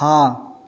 हाँ